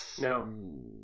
no